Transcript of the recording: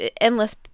endless